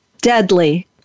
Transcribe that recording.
deadly